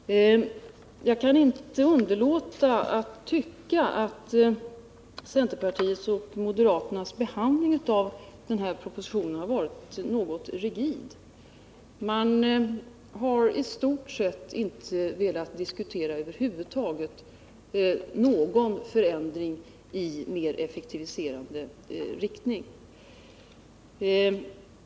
Jag kan inte underlåta att tycka att centerpartiets och moderaternas behandling av denna proposition har varit något rigid. Man har i stort sett inte velat diskutera någon förändring över huvud taget i mer effektiviserande riktning.